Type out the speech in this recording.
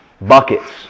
buckets